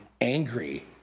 angry